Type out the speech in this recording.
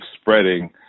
spreading